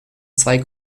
zwei